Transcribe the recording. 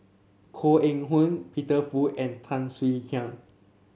Koh Eng Hoon Peter Fu and Tan Swie Hian